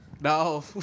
no